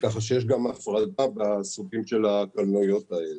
כך שיש גם הפרדה בסוגים של הקלנועיות האלה.